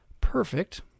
perfect